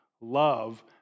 love